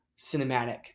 cinematic